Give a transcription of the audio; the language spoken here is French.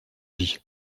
dit